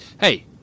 Hey